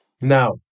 Now